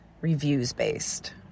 reviews-based